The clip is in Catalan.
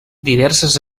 diverses